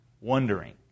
wondering